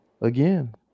again